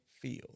feel